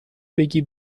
بگی